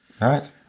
Right